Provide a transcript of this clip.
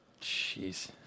Jeez